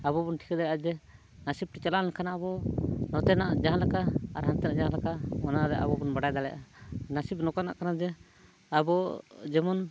ᱟᱵᱚ ᱵᱚᱱ ᱴᱷᱤᱠᱟᱹ ᱫᱟᱲᱮᱭᱟᱜᱼᱟ ᱡᱮ ᱱᱟᱹᱥᱤᱵ ᱪᱟᱞᱟᱣ ᱞᱮᱱᱠᱷᱟᱱ ᱟᱵᱚ ᱱᱚᱛᱮᱱᱟᱜ ᱡᱟᱦᱟᱸ ᱞᱮᱠᱟ ᱟᱨ ᱦᱟᱱᱛᱮᱱᱟᱜ ᱡᱟᱦᱟᱸ ᱞᱮᱠᱟ ᱚᱱᱟᱨᱮ ᱟᱵᱚ ᱵᱚᱱ ᱵᱟᱰᱟᱭ ᱫᱟᱲᱮᱭᱟᱜᱼᱟ ᱱᱟᱹᱥᱤᱵ ᱱᱚᱝᱠᱟᱱᱟᱜ ᱠᱟᱱᱟ ᱡᱮ ᱟᱵᱚ ᱡᱮᱢᱚᱱ